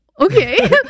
okay